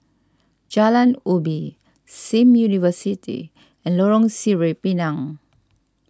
Jalan Ubi Sim University and Lorong Sireh Pinang